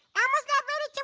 elmo's not ready